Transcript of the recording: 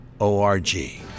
O-R-G